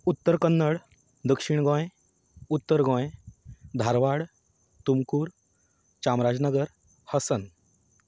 उत्तर कन्नड दक्षीण गोंय उत्तर गोंय धारवाड तुमकूर चामराज नगर हसन